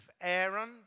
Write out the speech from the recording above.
Aaron